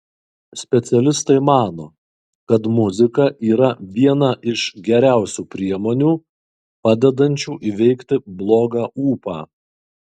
specialistai mano kad muzika yra viena iš geriausių priemonių padedančių įveikti blogą ūpą